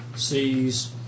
sees